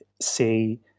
say